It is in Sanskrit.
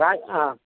राज् अ